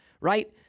right